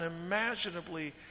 unimaginably